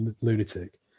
lunatic